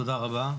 תודה רבה.